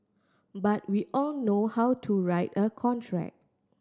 but we all know how to write a contract